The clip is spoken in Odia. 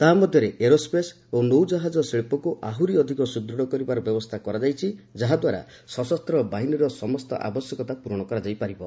ତାହାମଧ୍ୟରେ ଏରୋସ୍ବେସ୍ ଓ ନୌଜାହାଜ ଶିଳ୍ପକୁ ଆହୁରି ଅଧିକ ସୁଦୃତ୍ କରିବାର ବ୍ୟବସ୍ଥା କରାଯାଇଛି ଯାହାଦ୍ୱାରା ସଶସ୍ତ ବାହିନୀର ସମସ୍ତ ଆବଶ୍ୟକତା ପୂରଣ କରାଯାଇପାରିବ